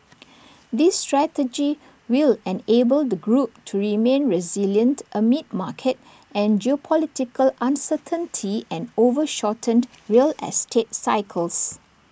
this strategy will enable the group to remain resilient amid market and geopolitical uncertainty and over shortened real estate cycles